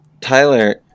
Tyler